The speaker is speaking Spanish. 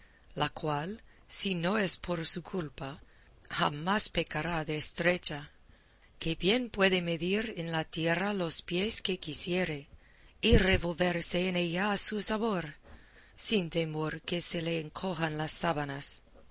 la cual si no es por su culpa jamás pecará de estrecha que bien puede medir en la tierra los pies que quisiere y revolverse en ella a su sabor sin temor que se le encojan las sábanas